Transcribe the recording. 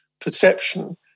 perception